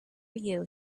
you